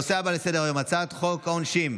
אני קובע שהצעת חוק למניעת הטרדה מינית (תיקון,